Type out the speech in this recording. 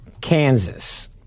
Kansas